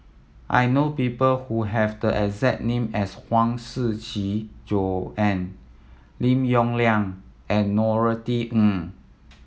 I know people who have the exact name as Huang Shiqi Joan Lim Yong Liang and Norothy Ng